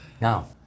Now